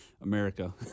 America